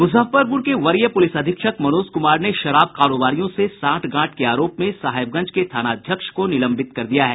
मुजफ्फरपुर के वरीय पुलिस अधीक्षक मनोज कुमार ने शराब कारोबारियों से सांठ गांठ के आरोप में साहेबगंज के थानाध्यक्ष को निलंबित कर दिया है